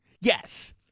Yes